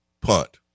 punt